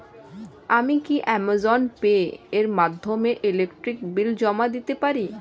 আমি কি Amazon Pay এর মাধ্যমে ইলেকট্রিক বিল জমা দিতে পারি?